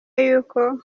yuko